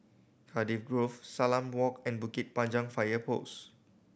Cardiff Grove Salam Walk and Bukit Panjang Fire Post